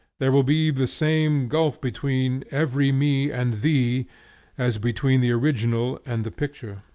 there will be the same gulf between every me and thee as between the original and the picture.